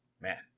Man